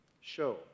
show